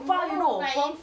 no but if